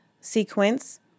sequence